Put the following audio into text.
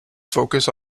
focus